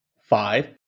Five